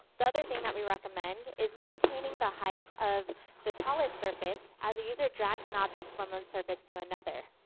the other thing that we recommend is maintaining the height of the tallest surface as a user drags an object from one and surface to another.